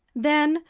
then,